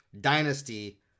dynasty